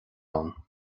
ann